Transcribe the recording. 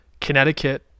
Connecticut